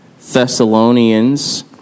Thessalonians